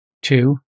Two